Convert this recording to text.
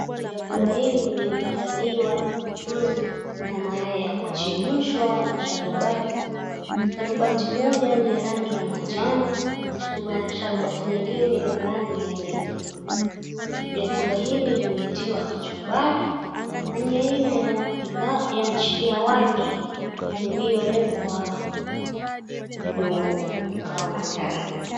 Vyakula hivyo vilivyoandaliwa ni mchuzi na mayai ya kuchemshwa na sharubati. Sharubati moja ni ya rangi ya manjano, sharubati nyingine rangi ya nyekundu. Vyakula hivi vimetiwa kachumbari na ni aina ya pilau ya wali iliyowekwa viungo ikawa manjano.